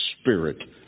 Spirit